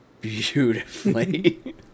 beautifully